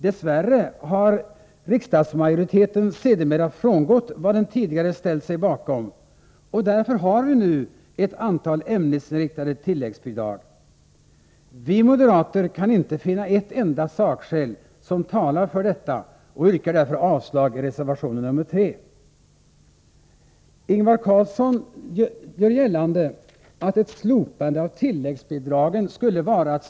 Dess värre har riksdagsmajoriteten sedermera frångått vad den tidigare ställt sig bakom, och därför har vi nu ett antal ämnesinriktade tilläggsbidrag. Nr 106 Vi moderater kan inte finna ett enda sakskäl som talar för detta och yrkar vara att stoppa verksamheten som sådan. Detta är ju inte sant.